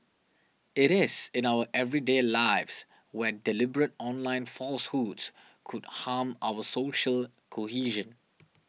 it is in our everyday lives where deliberate online falsehoods could harm our social cohesion